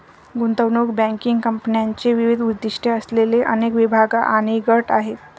गुंतवणूक बँकिंग कंपन्यांचे विविध उद्दीष्टे असलेले अनेक विभाग आणि गट आहेत